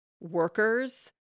workers